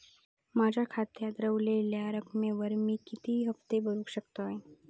माझ्या खात्यात रव्हलेल्या रकमेवर मी किती हफ्ते भरू शकतय?